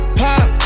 pop